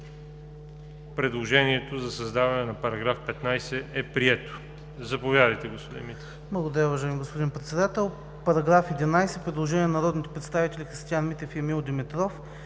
Предложението за създаване на нов § 25 е прието. Заповядайте, господин Митев.